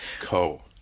co